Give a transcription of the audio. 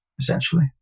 essentially